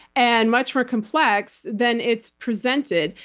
and much more complex than it's presented,